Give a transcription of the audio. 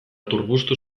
turbustu